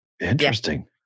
Interesting